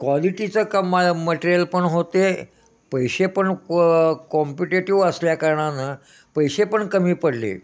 क्वालिटीचं क म मटेरियल पण होते पैसे पण क कॉम्पिटेटिव्ह असल्याकारणानं पैशे पण कमी पडले